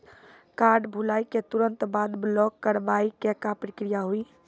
Card भुलाए के तुरंत बाद ब्लॉक करवाए के का प्रक्रिया हुई?